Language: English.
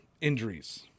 injuries